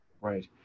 Right